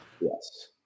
Yes